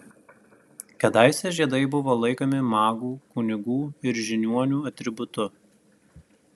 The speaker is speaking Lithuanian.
kadaise žiedai buvo laikomi magų kunigų ir žiniuonių atributu